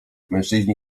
mężczyźni